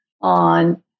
on